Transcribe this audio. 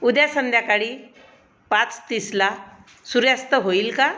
उद्या संध्याकाळी पाच तीसला सूर्यास्त होईल का